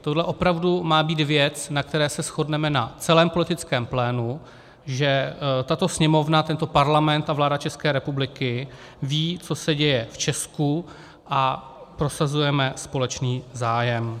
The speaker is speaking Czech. Tohle opravdu má být věc, na které se shodneme na celém politickém plénu, že tato Sněmovna, tento parlament a vláda ČR ví, co se děje v Česku, a prosazujeme společný zájem.